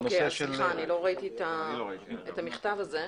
אוקיי, אז סליחה, אני לא ראיתי את המכתב הזה.